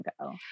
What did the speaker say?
go